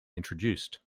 introduced